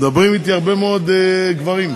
אנחנו עוברים להצעת חוק ההוצאה לפועל (תיקון מס'